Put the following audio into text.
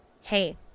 Hey